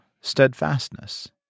steadfastness